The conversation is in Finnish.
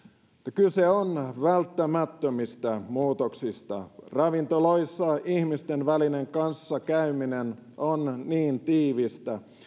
kyse on välttämättömistä muutoksista ravintoloissa ihmisten välinen kanssakäyminen on niin tiivistä